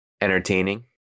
entertaining